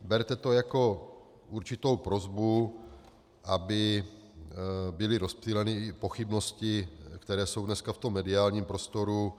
Berte to jako určitou prosbu, aby byly rozptýleny pochybnosti, které jsou dneska v mediálním prostoru.